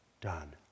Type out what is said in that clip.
done